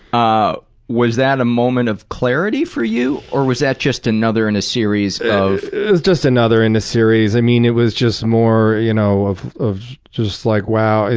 ah was that a moment of clarity for you? or was that just another in a series of? it was just another in a series. i mean it was just more you know of of just like, wow,